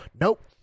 Nope